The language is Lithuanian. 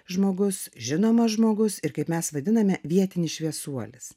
žmogus žinomas žmogus ir kaip mes vadiname vietinis šviesuolis